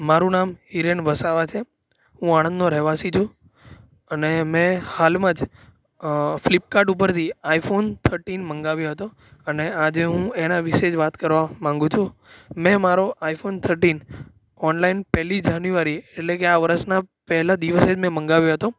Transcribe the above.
મારૂં નામ હિરેન વસાવા છે હું આણંદનો રહેવાસી છું અને મેં હાલમાં જ ફ્લિપકાર્ટ ઉપરથી આઇફોન થર્ટીન મંગાવ્યો હતો અને આજે હું એના વિષે જ વાત કરવા માગું છું મેં મારો આઇફોન થર્ટીન ઓનલાઈન પહેલી જાન્યુવારી એ એટલે કે આ વર્ષના પહેલાં દિવસે જ મેં મંગાવ્યો હતો